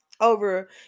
over